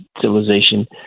civilization